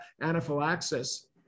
anaphylaxis